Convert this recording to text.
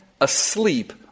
asleep